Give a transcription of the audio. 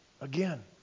again